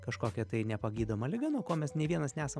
kažkokia tai nepagydoma liga nuo ko mes nei vienas nesam